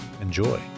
Enjoy